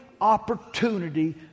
opportunity